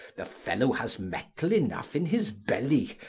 the fellow ha's mettell enough in his belly